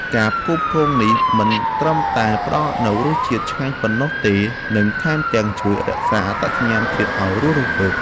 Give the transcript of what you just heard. ការផ្គូផ្គងនេះមិនត្រឹមតែផ្តល់នូវរសជាតិឆ្ងាញ់ប៉ុណ្ណោះទេនិងថែមទាំងជួយរក្សាអត្តសញ្ញាណជាតិឱ្យរស់រវើក។